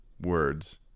words